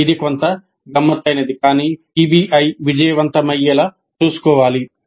ఇది కొంత గమ్మత్తైనది కాని పిబిఐ విజయవంతమయ్యేలా చూసుకోవాలి